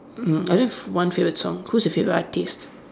mm I have one favourite song who's your favourite artiste